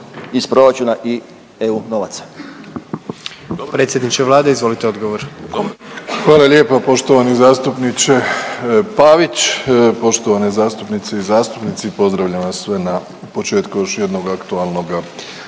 izvolite odgovor. **Plenković, Andrej (HDZ)** Hvala lijepo poštovani zastupniče Pavić. Poštovane zastupnice i zastupnici, pozdravljam vas sve na početku još jednog aktualnog